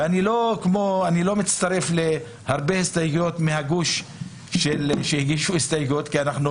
ואני לא מצטרף להרבה הסתייגויות מהגוש שהגישו הסתייגויות כי אנחנו